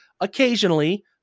occasionally